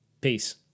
Peace